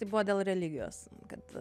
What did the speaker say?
buvo dėl religijos kad